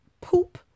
poop